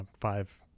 five